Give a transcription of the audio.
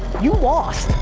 you lost.